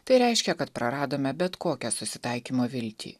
tai reiškia kad praradome bet kokią susitaikymo viltį